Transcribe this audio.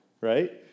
right